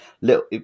Little